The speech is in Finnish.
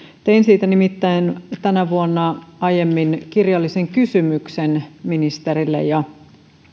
tein siitä nimittäin aiemmin tänä vuonna kirjallisen kysymyksen ministerille